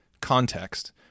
context